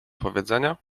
powiedzenia